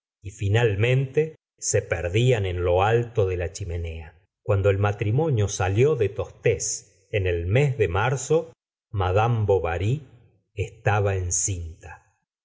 y finalmente se perdían en lo alto de la chimenea cuando el matrimonio salió de tostes en el mes de marzo madame bovary estaba en cinta